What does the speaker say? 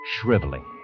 shriveling